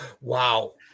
wow